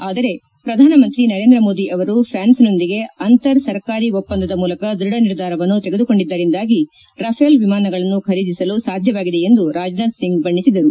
ಆದರೆ ಪ್ರಧಾನಿ ನರೇಂದ್ರ ಮೋದಿ ಅವರು ಫ್ರಾನ್ಸ್ನೊಂದಿಗೆ ಅಂತರ್ ಸರ್ಕಾರಿ ಒಪ್ಪಂದದ ಮೂಲಕ ದೃಢ ನಿರ್ಧಾರವನ್ನು ತೆಗೆದುಕೊಂಡಿದ್ದರಿಂದಾಗಿ ರಫೇಲ್ ವಿಮಾನಗಳನ್ನು ಖರೀದಿಸಲು ಸಾಧ್ಯವಾಗಿದೆ ಎಂದು ರಾಜನಾಥ್ ಸಿಂಗ್ ಬಣ್ಣಿಸಿದರು